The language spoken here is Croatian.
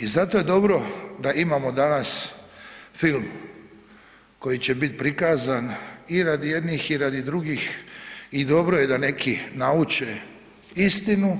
I zato je dobro da imamo danas film koji će bit prikazan i radi jednih i radi drugih i dobro je da neki nauče istinu